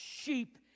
sheep